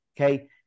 okay